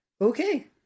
Okay